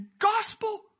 gospel